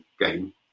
game